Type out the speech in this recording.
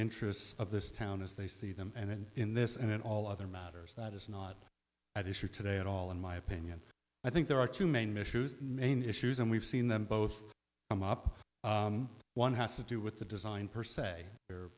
interests of this town as they see them and in this and in all other matters that is not at issue today at all in my opinion i think there are two main issues main issues and we've seen them both come up one has to do with the design per se